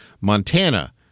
Montana